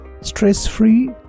stress-free